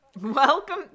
Welcome